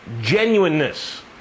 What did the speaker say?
genuineness